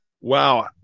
Wow